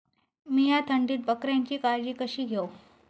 मीया थंडीत बकऱ्यांची काळजी कशी घेव?